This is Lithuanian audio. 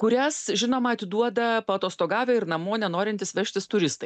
kurias žinoma atiduoda paatostogavę ir namo nenorintys vežtis turistai